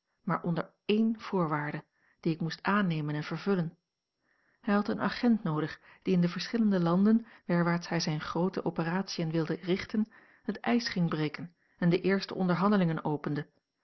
maar onder één voorwaarde die ik moest aannemen en vervullen hij had een agent noodig die in de verschillende landen werwaarts hij zijne groote operatiën wilde richten het ijs ging breken en de eerste onderhandelingen opende